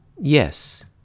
Yes